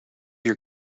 your